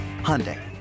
Hyundai